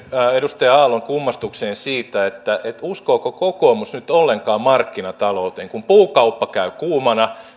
edustaja aallon kummastukseen siitä että uskooko kokoomus nyt ollenkaan markkinatalouteen kun puukauppa käy kuumana